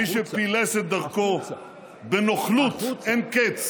מי שפילס את דרכו בנוכלות אין-קץ